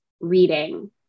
reading